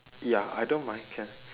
ya I don't mind can